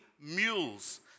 mules